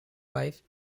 wife